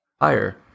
higher